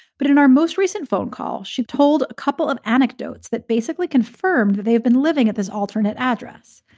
but in our most recent phone call, she told a couple of anecdotes that basically confirmed that they've been living at this alternate address.